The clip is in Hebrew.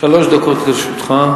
שלוש דקות לרשותך.